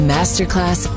Masterclass